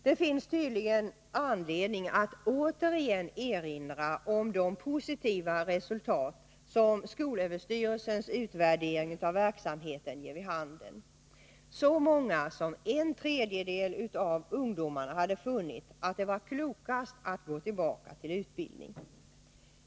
Det finns tydligen anledning att återigen erinra om de positiva resultat som skolöverstyrelsens utvärdering av verksamheten ger vid handen. Så många som en tredjedel av ungdomarna hade funnit att det var klokast att gå tillbaka till utbildning.